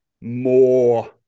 more